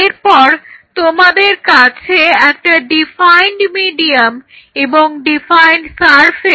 এরপর তোমাদের কাছে একটা ডিফাইন্ড মিডিয়াম এবং ডিফাইন্ড সারফেস থাকবে